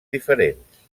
diferents